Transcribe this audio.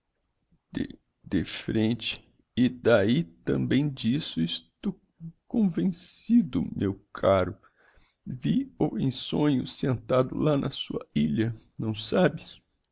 de frente e d'ahi tambem d'isso estou conven cido meu caro vi-o em sonho sentado lá na sua ilha não sabes